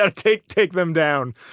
ah take take them down.